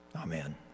Amen